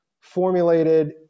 formulated